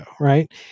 right